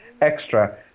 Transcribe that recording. extra